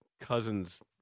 cousin's